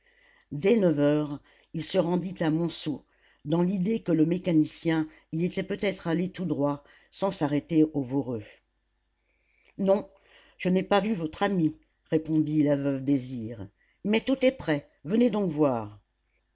dès neuf heures il se rendit à montsou dans l'idée que le mécanicien y était peut-être allé tout droit sans s'arrêter au voreux non je n'ai pas vu votre ami répondit la veuve désir mais tout est prêt venez donc voir